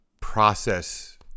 process